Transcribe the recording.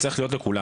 צריך להיות לכולם.